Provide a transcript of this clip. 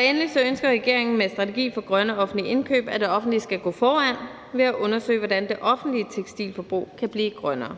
Endelig ønsker regeringen med strategien for grønne offentlige indkøb, at det offentlige skal gå foran ved at undersøge, hvordan det offentlige tekstilforbrug kan blive grønnere.